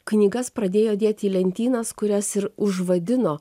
knygas pradėjo dėti į lentynas kurias ir užvadino